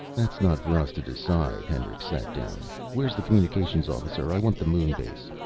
that's not for us to decide. hendricks sat down. where's the communications officer? i want the moon base.